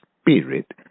spirit